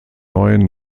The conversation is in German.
neuen